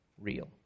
real